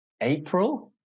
April